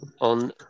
on